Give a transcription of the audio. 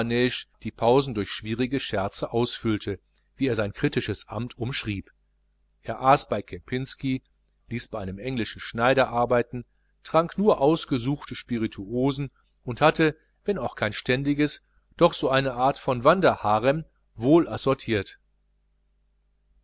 die pausen durch schwierige scherze ausfüllte wie er sein kritisches amt umschrieb er aß bei kempinsky ließ bei einem englischen schneider arbeiten trank nur ausgesuchte spirituosen und hatte wenn auch kein ständiges so doch eine art von wanderharem